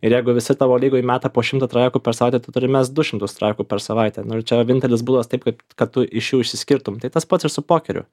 ir jeigu visi tavo lygoj meta po šimtą trajakų per savaitę tu turi mest du šimtus trajakų per savaitę nu ir čia vienintelis būdas taip kad kad tu iš jų išskirtum tai tas pats ir su pokeriu